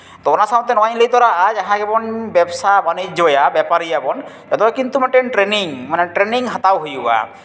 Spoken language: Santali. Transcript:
ᱛᱳ ᱚᱱᱟ ᱥᱟᱶᱛᱮ ᱱᱚᱣᱟᱧ ᱞᱟᱹᱭ ᱛᱚᱨᱟᱣᱟᱜᱼᱟ ᱡᱟᱦᱟᱸ ᱜᱮᱵᱚᱱ ᱵᱮᱵᱽᱥᱟ ᱵᱟᱱᱤᱡᱡᱚᱭᱟ ᱵᱮᱯᱟᱨᱤᱭᱟᱵᱚᱱ ᱡᱚᱛᱚ ᱜᱮ ᱠᱤᱱᱛᱩ ᱢᱟᱱᱮ ᱴᱨᱮᱱᱤᱝ ᱢᱟᱱᱮ ᱴᱨᱮᱱᱤᱝ ᱦᱟᱛᱟᱣ ᱦᱩᱭᱩᱜᱼᱟ